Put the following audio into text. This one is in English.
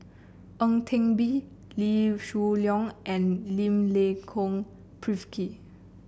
Ang Teck Bee Lee Shoo Leong and Milenko Prvacki